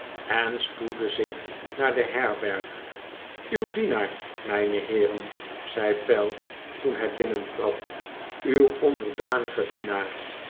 en spoedde zich naar de herberg uw dienaar mijne heeren zei pell toen hij binnentrad uw onderdanige dienaar